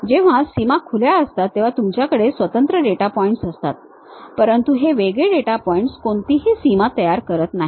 जेव्हा सीमा खुल्या असतात तेव्हा तुमच्याकडे स्वतंत्र डेटा पॉइंट असतात परंतु हे वेगळे डेटा पॉइंट कोणतीही सीमा तयार करत नाहीत